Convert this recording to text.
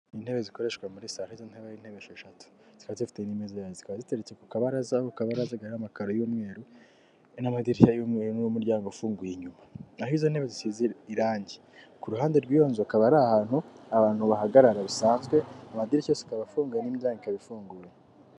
Intebe zikoreshwa muri salo, ziba ari intebe esheshatu, zikaba zifite n'imeza yazo. Zikaba ziteretse ku kabaraza k'amakaro y'imweru n'amadirishya y'umweru na madirishya afunguye inyuma. Naho izo ntebe zisize irangi, ku ruhande rw'iyo nzu akaba ari ahantu abantu bahagarara bisanzwe; amadirishya akaba afunguye n'imiryango ikaba ifunguye.